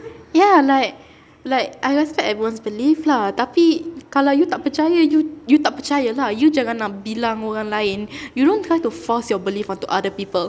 ya like like I respect everyone's belief lah tapi kalau you tak percaya you you tak percaya lah you jangan nak bilang orang lain you don't try to force your belief onto other people